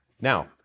Now